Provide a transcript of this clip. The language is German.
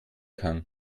kann